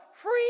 free